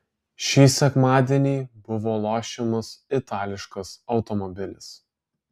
šį sekmadienį buvo lošiamas itališkas automobilis